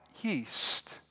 yeast